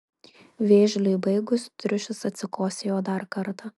vėžliui baigus triušis atsikosėjo dar kartą